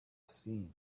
seen